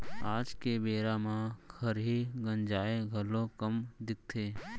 आज के बेरा म खरही गंजाय घलौ कम दिखथे